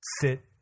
sit